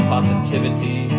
Positivity